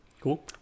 cool